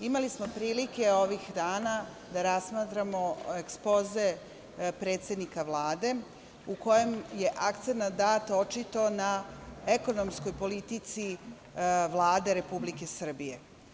imali smo prilike ovih dana da razmatramo ekspoze predsednika Vlade u kojem je akcenat dat očito na ekonomskoj politici Vlade Republike Srbije.